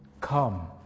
Come